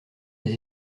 des